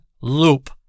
loop